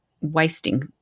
wasting